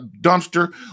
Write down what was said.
dumpster